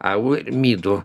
alų ir midų